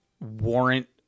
warrant